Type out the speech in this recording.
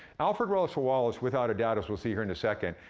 alfred russel wallace, without a doubt, as we'll see here in second,